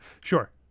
Sure